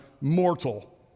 mortal